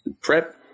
prep